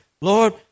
Lord